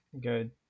good